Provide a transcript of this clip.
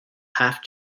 have